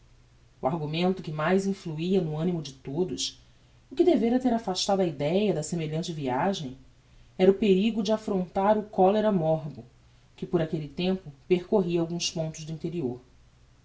o argumento que mais influia no animo de todos o que devera ter affastado a ideia de semelhante viagem era o perigo de affrontar o cholera morbus que por aquelle tempo percorria alguns pontos do interior